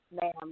ma'am